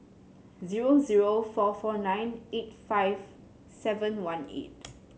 zero zero four four nine eight five seven one eight